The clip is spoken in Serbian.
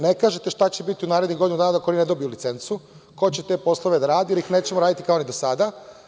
Ne kažete šta će biti u narednih godinu dana dok oni ne dobiju licencu, ko će te poslove da radi ili ih nećemo raditi kao ni do sada.